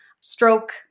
stroke